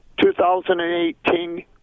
2018